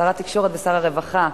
שר התקשורת ושר הרווחה,